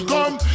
Come